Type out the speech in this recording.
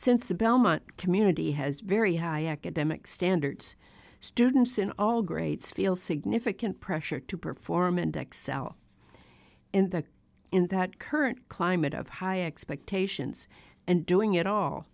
since the belmont community has very high academic standards students in all grades feel significant pressure to perform and acts out in the in that current climate of high expectations and doing it all